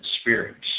spirits